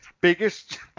Biggest